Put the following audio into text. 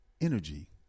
energy